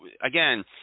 again